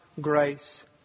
grace